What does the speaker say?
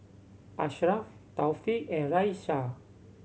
Ashraf Taufik and Raisya